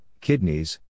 kidneys